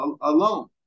alone